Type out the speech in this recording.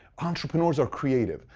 entrepreneurs are creative.